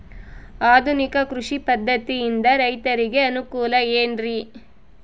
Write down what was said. ಆಧುನಿಕ ಕೃಷಿ ಪದ್ಧತಿಯಿಂದ ರೈತರಿಗೆ ಅನುಕೂಲ ಏನ್ರಿ?